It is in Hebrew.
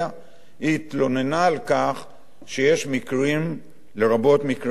היא התלוננה על כך שיש מקרים, לרבות מקרי רצח,